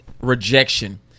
rejection